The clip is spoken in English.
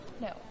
No